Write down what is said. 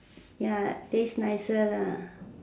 ya taste nicer lah